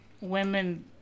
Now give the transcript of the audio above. women